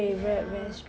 ya